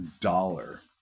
dollar